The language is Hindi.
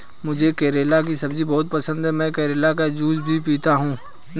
मुझे करेले की सब्जी बहुत पसंद है, मैं करेले का जूस भी पीता हूं